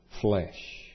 flesh